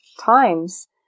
times